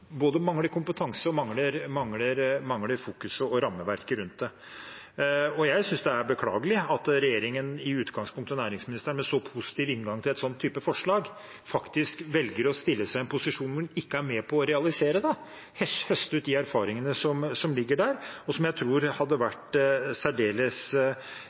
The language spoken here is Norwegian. mangler både kompetanse og fokus på rammeverket rundt det. Jeg synes det er beklagelig at regjeringen og næringsministeren i utgangspunktet med en så positiv inngang til et slikt forslag faktisk velger å stille seg i en posisjon der en ikke er med på å realisere det, høste de erfaringene som ligger der, noe jeg tror hadde vært særdeles